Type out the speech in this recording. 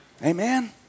Amen